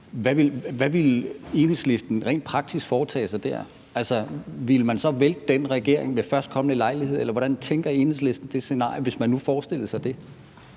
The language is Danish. hvad ville Enhedslisten rent praktisk foretage sig der? Ville man så vælte den regering ved førstkommende lejlighed, eller hvad tænker Enhedslisten om det scenarie, hvis man nu forestillede sig det?